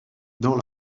dans